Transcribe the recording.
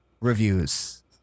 reviews